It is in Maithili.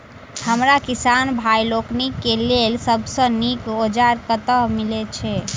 हमरा किसान भाई लोकनि केँ लेल सबसँ नीक औजार कतह मिलै छै?